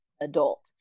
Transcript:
adult